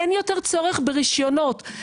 אין יותר צורך ברשיונות.